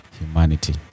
humanity